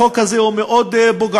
החוק הזה הוא מאוד פוגעני,